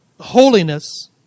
holiness